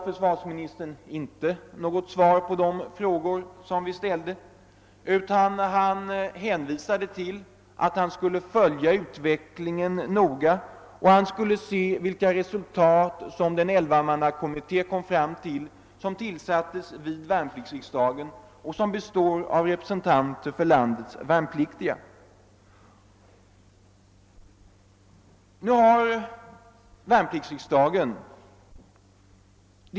Försvarsministern gav då inte något svar på de frågor vi ställt, utan hänvisade till att han noga skulle följa utvecklingen och se vilka resultat som den elvamannakommitté kom fram till som tillsattes av värnpliktsriksdagen och som består av representanter för landets värnpliktiga.